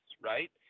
right